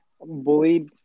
bullied